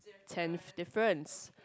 ten differences